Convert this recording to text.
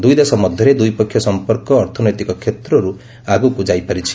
ଦୁଇଦେଶ ମଧ୍ୟରେ ଦ୍ୱିପକ୍ଷୀୟ ସଂପର୍କ ଅର୍ଥନୈତିକ କ୍ଷେତ୍ରରୁ ଆଗକୁ ଯାଇପାରିଛି